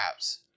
apps